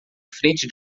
frente